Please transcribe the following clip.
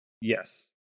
Yes